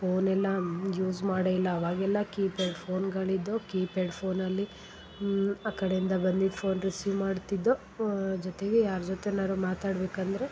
phone ಇಲ್ಲ use ಮಾಡೇ ಇಲ್ಲ ಅವಾಗೆಲ್ಲ ಕೀಪ್ಯಾಡ್ ಫೋನ್ಗಳು ಇದ್ದವು ಕೀಪ್ಯಾಡ್ ಫೋನಲ್ಲಿ ಆ ಕಡೆಯಿಂದ ಬಂದಿದ್ದ ಫೋನ್ ರಿಸೀವ್ ಮಾಡ್ತಿದ್ದೊ ಜೊತೆಗೆ ಯಾರ ಜೊತೆನಾದ್ರು ಮಾತಾಡ್ಬೇಕು ಅಂದರೆ